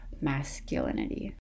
masculinity